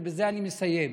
ובזה אני מסיים,